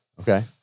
Okay